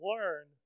learn